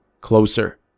closer